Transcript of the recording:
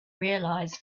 realise